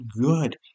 good